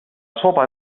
sopa